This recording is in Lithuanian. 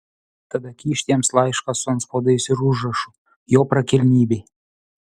tada kyšt jiems laišką su antspaudais ir užrašu jo prakilnybei